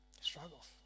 struggles